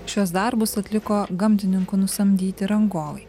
šiuos darbus atliko gamtininkų nusamdyti rangovai